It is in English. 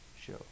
show